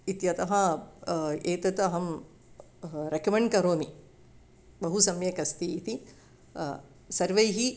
इत्यतः एतत् अहं रेकमण्ड् करोमि बहु सम्यक् अस्ति इति सर्वैः